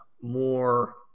more